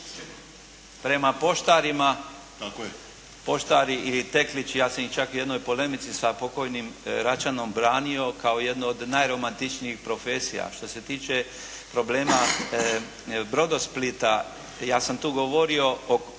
prema poštarima, poštari ili teklići, ja sam ih čak u jednoj polemici sa pokojnim Račanom branio kao jednu od najromantičnijih profesija. Što se tiče problema Brodosplita, ja sam tu govorio o